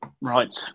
Right